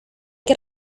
que